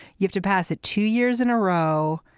you have to pass it two years in a row.